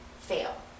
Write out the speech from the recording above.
fail